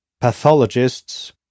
pathologists